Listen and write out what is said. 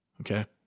Okay